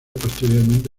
posteriormente